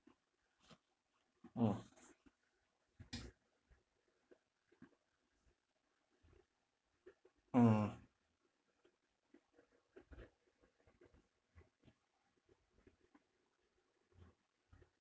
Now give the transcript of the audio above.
mm mm